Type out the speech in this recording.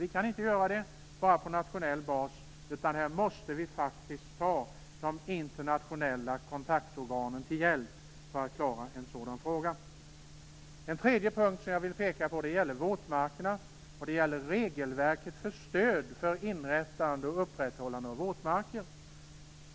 Vi kan inte göra det enbart på nationell bas, för att klara en sådan fråga måste vi faktiskt ta de internationella kontaktorganen till hjälp. En tredje punkt som jag vill peka på gäller våtmarkerna. Det gäller regelverket för stöd för inrättande och upprätthållande av våtmarker.